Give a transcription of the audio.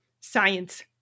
science